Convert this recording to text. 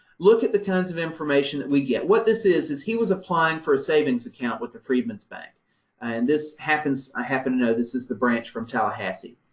look at the tons of information that we get. what this is, is he was applying for a savings account with the freedmen's bank and this happens, i happen to know this is the branch from tallahassee.